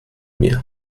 mir